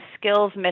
skills